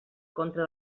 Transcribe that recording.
contra